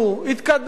התקדמו,